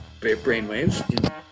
brainwaves